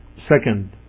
second